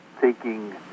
taking